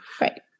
Right